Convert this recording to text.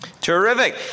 Terrific